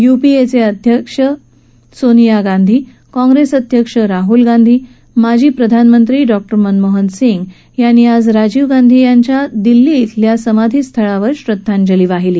युपीएचे अध्यक्ष सोनिया गांधी काँप्रेस अध्यक्ष राहल गांधी माजी प्रधानमंत्री डॉक्टर मनमोहन सिंग यांनी राजीव गांधी यांच्या दिल्ली अल्या समाधीस्थळावर श्रद्धांजली वाहिली